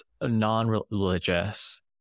non-religious